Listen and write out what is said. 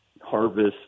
harvest